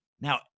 Now